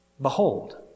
Behold